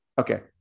Okay